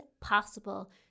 possible